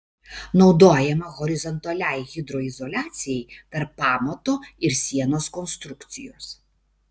naudojama horizontaliai hidroizoliacijai tarp pamato ir sienos konstrukcijos